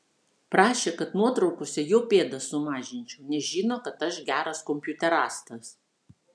prašė kad nuotraukose jo pėdas sumažinčiau nes žino kad aš geras kompiuterastas